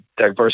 diverse